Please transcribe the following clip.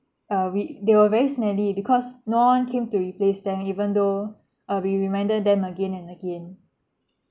err we they were very smelly because no one came to replace them even though uh we reminded them again and again